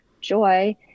joy